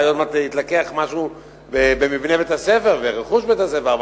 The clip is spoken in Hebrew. אולי עוד מעט יתלקח משהו במבני בית-הספר ורכוש בית-הספר,